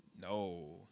No